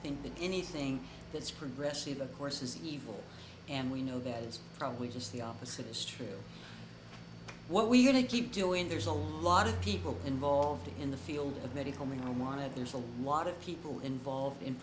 think that anything that's progressive of course is evil and we know that it's probably just the opposite is true what we're going to keep doing there's a lot of people involved in the field of medical marijuana there's a lot of people involved in